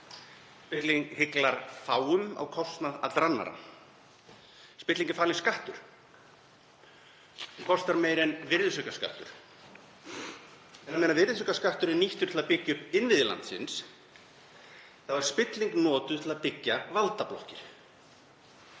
Spilling hyglar fáum á kostnað allra annarra. Spilling er falinn skattur sem kostar meira en virðisaukaskattur. En á meðan virðisaukaskattur er nýttur til að byggja upp innviði landsins þá er spilling notuð til að byggja valdablokkir.